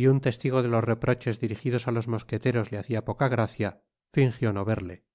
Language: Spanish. y un testigo de los reproches dirijidos á los mosqueteros le hacia poca gracia fingió no verle por